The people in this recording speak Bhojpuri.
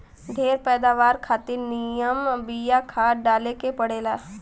ढेर पैदावार खातिर निमन बिया खाद डाले के पड़ेला